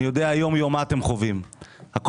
אני יודע מה אתם חווים יום-יום.